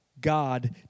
God